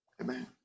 Amen